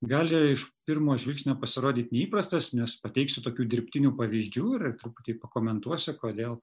gali iš pirmo žvilgsnio pasirodyt neįprastas nes pateiksiu tokių dirbtinių pavyzdžių ir truputį pakomentuosiu kodėl